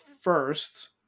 first